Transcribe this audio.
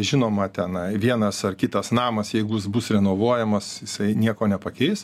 žinoma tenai vienas ar kitas namas jeigu jis bus renovuojamas jisai nieko nepakeis